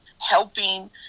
helping